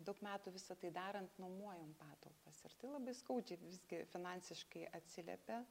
daug metų visa tai darant nuomojom patalpas ir tai labai skaudžiai visgi finansiškai atsiliepia